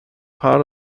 part